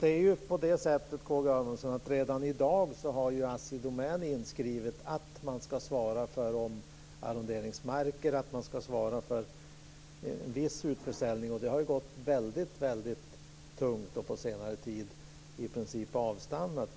Herr talman! Redan i dag är det så att Assi Domän ska svara för omarronderingsmark och en viss utförsäljning. Det har gått väldigt tungt och på senare tid i princip avstannat.